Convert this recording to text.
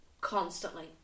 constantly